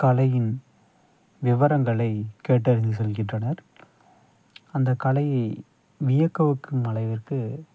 கலையின் விவரங்களை கேட்டறிந்து செல்கின்றனர் அந்த கலையை வியக்கவைக்கும் அளவிற்கு